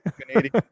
Canadian